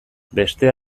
bestea